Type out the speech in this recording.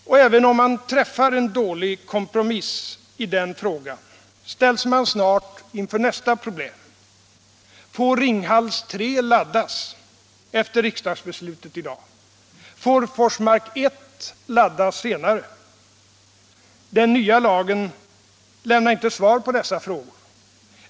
Och även om man träffar en dålig kompromiss i den frågan ställs man snart inför nästa problem: Får Ringhals 3 laddas efter riksdagsbeslutet i dag? Får Forsmark 1 laddas senare? Den nya lagen lämnar inte svar på dessa frågor.